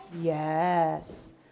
Yes